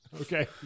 Okay